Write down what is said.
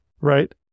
right